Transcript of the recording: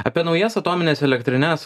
apie naujas atomines elektrines